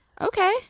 okay